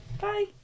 bye